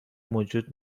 موجود